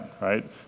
right